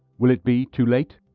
will it be too late?